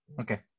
Okay